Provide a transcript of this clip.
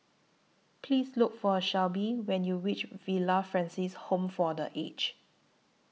Please Look For Shelby when YOU REACH Villa Francis Home For The Aged